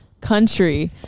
country